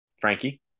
Frankie